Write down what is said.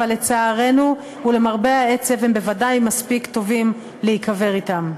אז לצערנו ולמרבה העצב הם בוודאי מספיק טובים להיקבר אתם.